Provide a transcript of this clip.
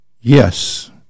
yes